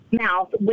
mouth